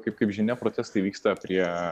kaip kaip žinia protestai vyksta prie